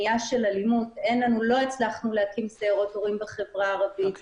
לא הצלחנו להקים סיירות הורים בחברה הערבית,